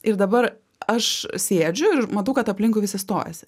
ir dabar aš sėdžiu ir matau kad aplinkui visi stojasi